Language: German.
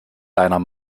deiner